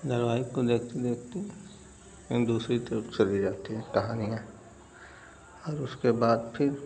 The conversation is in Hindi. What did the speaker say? धारवाहिक को लेकर व्यक्ति उन दूसरी तरफ चले जाते हैं कहानी में और उसके बाद फिर